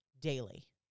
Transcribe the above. daily